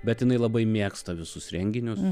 bet jinai labai mėgsta visus renginius